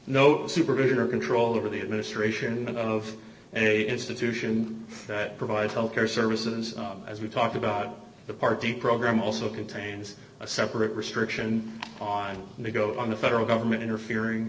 no supervision or control over the administration of any institution that provides health care services as we talked about the part d program also contains a separate restriction on him to go on the federal government interfering